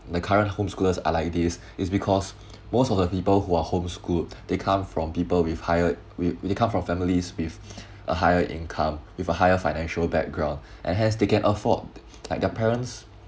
the current home schoolers are like this is because most of the people who are home schooled they come from people with higher wit~ they come from families with a higher income with a higher financial background and hence they can afford like their parents